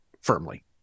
firmly